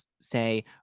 say